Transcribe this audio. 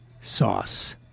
sauce